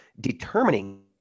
determining